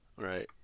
Right